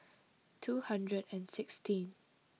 two hundred and sixteen